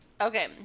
Okay